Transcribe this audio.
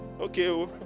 okay